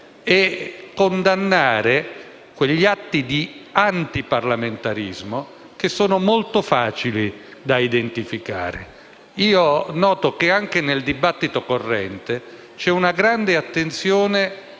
a condannare quegli atti di antiparlamentarismo che sono molto facili da identificare. Noto che anche nel dibattito corrente c'è una grande attenzione